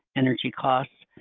energy costs,